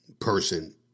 person